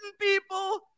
people